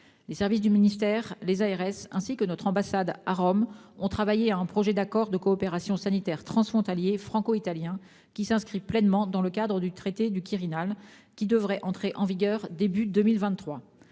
Les services du ministère, les ARS, ainsi que notre ambassade à Rome, ont travaillé à un projet d'accord de coopération sanitaire transfrontalier franco-italien, qui s'inscrit pleinement dans le cadre du traité du Quirinal, qui devrait entrer en vigueur au début de 2023.